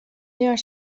are